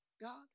God